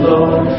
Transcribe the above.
Lord